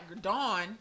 Dawn